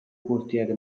portiere